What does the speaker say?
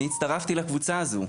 אני הצטרפתי לקבוצה הזו.